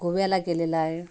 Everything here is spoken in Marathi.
गोव्याला केलेला आहे